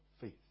faith